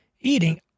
eating